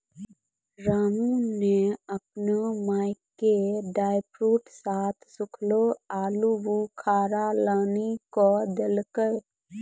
रामू नॅ आपनो माय के ड्रायफ्रूट साथं सूखलो आलूबुखारा लानी क देलकै